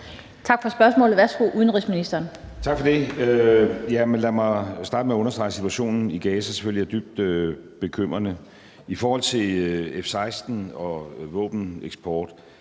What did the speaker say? Udenrigsministeren (Lars Løkke Rasmussen): Tak for det. Lad mig starte med at understrege, at situationen i Gaza selvfølgelig er dybt bekymrende. I forhold til F-16-fly og våbeneksport